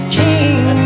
king